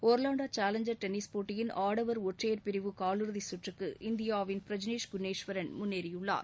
Orlando challenger tennis போட்டியின் ஆடவர் ஒற்றையர் பிரிவு காலிறுதி சுற்றுக்கு இந்தியாவின் பிரஜ்னேஷ் குணேஷ்வரன் முன்னேறியுள்ளார்